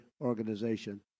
Organization